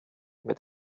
mit